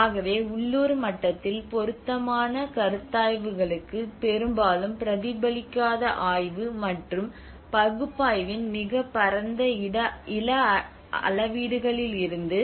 ஆகவே உள்ளூர் மட்டத்தில் பொருத்தமான கருத்தாய்வுகளுக்கு பெரும்பாலும் பிரதிபலிக்காத ஆய்வு மற்றும் பகுப்பாய்வின் மிகப் பரந்த இட அளவீடுகளிலிருந்து